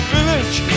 Village